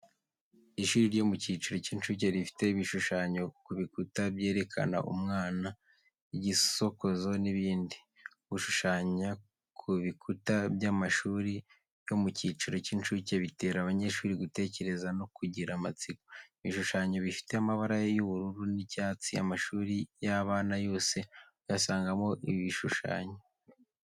Ishuri ryo mu cyiciro cy'incuke rifite ibishushanyo ku bikuta byerekana umwana, igisokozo n'ibindi. Gushushanya ku bikuta by'amashuri yo mu cyiciro cy'incuke bitera abanyeshuri gutekereza no kugira amatsiko. Ibishushanyo bifite amabara y'ubururu n'icyatsi. Amashuri y'abana yose uyasangamo ibishushanyo.